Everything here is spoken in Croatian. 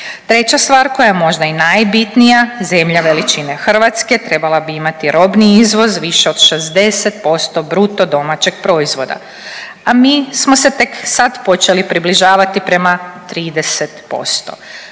Treća stvar koja je možda i najbitnija, zemlja veličine Hrvatske trebala bi imati robni izvoz više od 60% BDP-a, a mi smo se tek sad počeli približavati prema 30%.